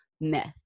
myth